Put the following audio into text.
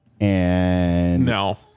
No